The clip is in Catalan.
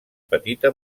petita